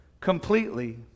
completely